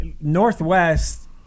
Northwest